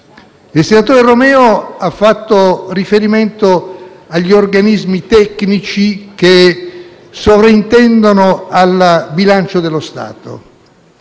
Il senatore Romeo ha fatto riferimento agli organismi tecnici che sovrintendono al bilancio dello Stato.